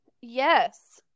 Yes